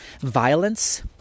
violence